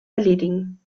erledigen